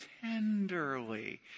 tenderly